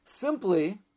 simply